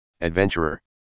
adventurer